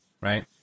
right